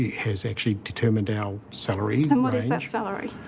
has actually determined our salary and like salary?